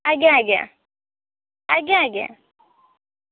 ଆଜ୍ଞା ଆଜ୍ଞା ଆଜ୍ଞା ଆଜ୍ଞା